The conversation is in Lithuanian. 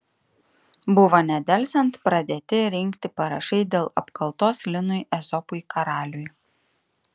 buvo nedelsiant pradėti rinkti parašai dėl apkaltos linui ezopui karaliui